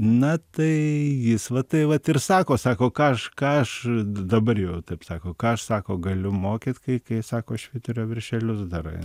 na tai jis va tai vat ir sako sako ką aš ką aš dabar jau taip sako ką aš sako galiu mokyt kai kai sako švyturio viršelius darai